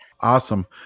Awesome